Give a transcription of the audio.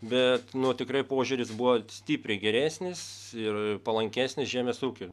bet nu tikrai požiūris buvo stipriai geresnis ir palankesnis žemės ūkiui